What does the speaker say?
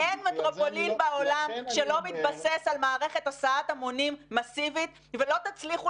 אין מטרופולין בעולם שלא מתבסס על מערכת הסעת המונים מסיבית ולא תצליחו